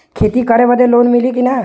खेती करे बदे लोन मिली कि ना?